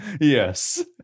Yes